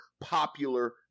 popular